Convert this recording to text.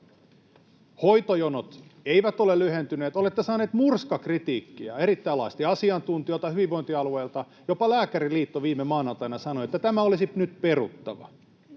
Hoitojonot eivät ole lyhentyneet. Olette saaneet murskakritiikkiä erittäin laajasti asiantuntijoilta ja hyvinvointialueilta — jopa Lääkäriliitto viime maanantaina sanoi, että tämä olisi nyt peruttava.